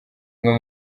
umwe